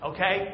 Okay